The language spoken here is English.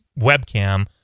webcam